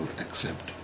accept